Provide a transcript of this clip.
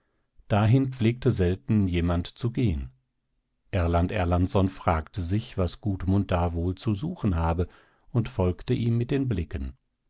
dahin pflegte selten jemand zu gehen erland erlandsson fragte sich was gudmund da wohl zu suchen habe und folgte ihm mit den blicken